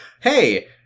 hey-